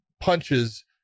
punches